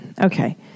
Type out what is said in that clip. Okay